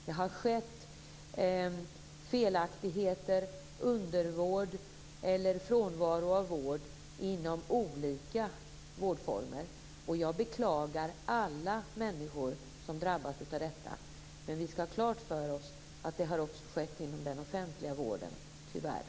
Det har skett felaktigheter under vård eller frånvaro av vård inom olika vårdformer. Jag beklagar alla människor som drabbats av detta. Men vi ska ha klart för oss att det också har skett inom den offentliga vården, tyvärr.